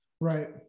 Right